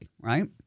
right